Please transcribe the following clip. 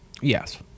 Yes